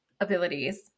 abilities